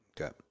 Okay